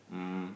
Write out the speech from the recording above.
um